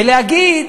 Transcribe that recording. ולהגיד